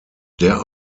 der